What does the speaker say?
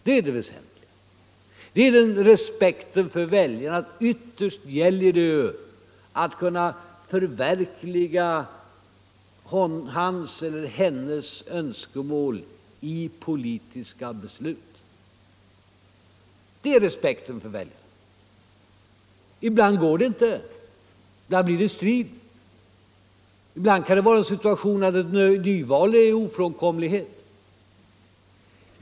Det väsentliga som det ytterst gäller är respekten för väljaren och möjligheten att förverkliga hans eller hennes önskemål i politiska beslut. Ibland går detta inte, och då blir det strid. Ibland kan det uppstå en sådan situation, att ett nyval blir ofrånkomligt.